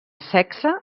sexe